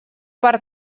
per